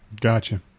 Gotcha